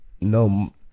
No